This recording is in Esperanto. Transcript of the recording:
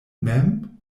mem